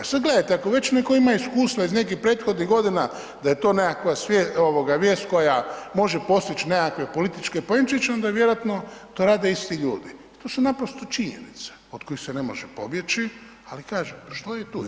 A sad gledajte, ako već netko ima iskustva iz nekih prethodnih godina da je to nekakva vijest koja može postići neke političke poenčiće, onda vjerojatno to rade isti ljudi, to su naprosto činjenice od kojih se ne može pobjeći ali kažem, što je, tu je.